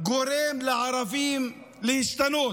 גורם לערבים להשתנות,